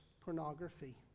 pornography